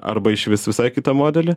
arba išvis visai kitą modelį